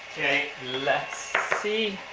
okay, let's see.